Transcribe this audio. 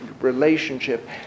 relationship